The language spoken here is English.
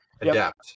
adapt